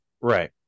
right